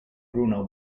bruno